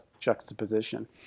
juxtaposition